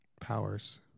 powers